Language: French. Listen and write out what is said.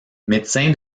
médecin